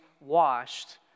washed